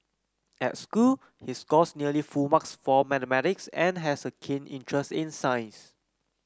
at school he scores nearly full marks for mathematics and has a keen interest in science